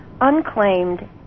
unclaimed